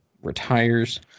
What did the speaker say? retires